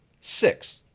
Six